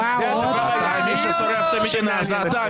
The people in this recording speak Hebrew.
--- בינתיים מי ששורף את המדינה זה אתה.